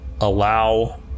allow